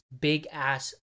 big-ass